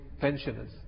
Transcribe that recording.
pensioners